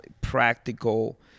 practical